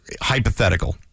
hypothetical